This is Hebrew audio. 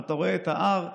אתה רואה את ה-R,